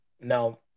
Now